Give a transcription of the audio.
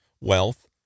wealth